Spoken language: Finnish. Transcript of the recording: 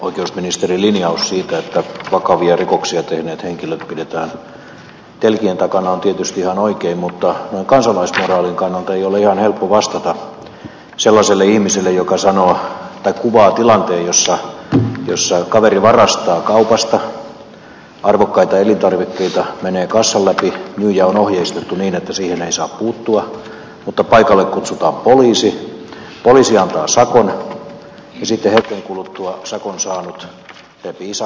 oikeusministerin linjaus siitä että vakavia rikoksia tehneet henkilöt pidetään telkien takana on tietysti ihan oikein mutta noin kansalaismoraalin kannalta ei ole ihan helppo vastata sellaiselle ihmiselle joka kuvaa tilanteen jossa kaveri varastaa kaupasta arvokkaita elintarvikkeita menee kassan läpi myyjää on ohjeistettu niin että siihen ei saa puuttua mutta paikalle kutsutaan poliisi poliisi antaa sakon ja sitten hetken kuluttua sakon saanut repii sakon omassa autossaan